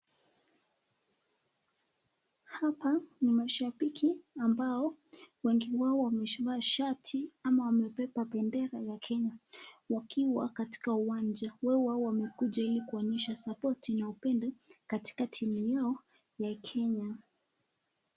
Hawa ni mashabiki ambao wengi wao wamevaa shati ama wamebeba bendera ya Kenya wakiwa katika uwanja. Wengi wao wamekuja ili kuonyesha [support] na upendo katika timu yao ya Kenya.